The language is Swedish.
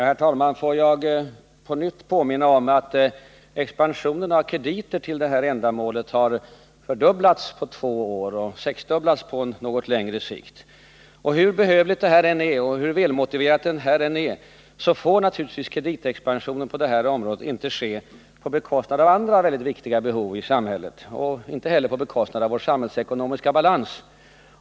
Herr talman! Jag får på nytt påminna om att expansionen av krediter till det här ändamålet har fördubblats på två år och sexdubblats på något längre sikt. Hur behövligt och hur motiverat det här än är så får naturligtvis kreditexpansionen på detta område inte ske på bekostnad av andra mycket viktiga behov i samhället och inte heller på bekostnad av vår samhällsekonomiska balans.